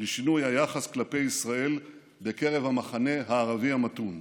לשינוי היחס כלפי ישראל בקרב המחנה הערבי המתון,